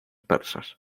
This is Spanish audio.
persas